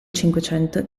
cinquecento